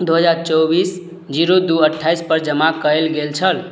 दुइ हजार चौबिस जीरो दुइ अठाइसपर जमा कएल गेल छल